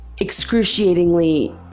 excruciatingly